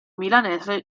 milanese